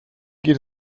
geht